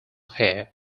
here